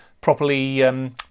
properly